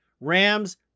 Rams